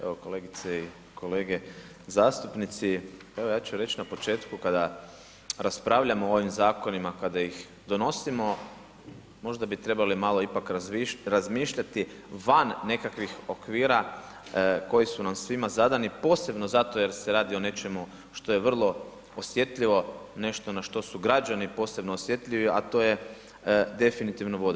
Evo kolegice i kolege zastupnici, evo ja ću reći na početku kada raspravljamo o vim zakonima, kada ih donosimo, možda bi trebali ipak malo razmišljati van nekakvih okvira koji su nam svima zadani posebno zato jer se radi o nečemu što je vrlo osjetljivo, nešto na što su građani posebno osjetljivi a to je definitivno voda.